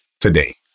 today